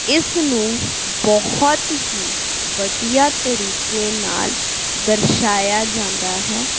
ਇਸ ਨੂੰ ਬਹੁਤ ਹੀ ਵਧੀਆ ਤਰੀਕੇ ਨਾਲ ਦਰਸਾਇਆ ਜਾਂਦਾ ਹੈ